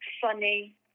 funny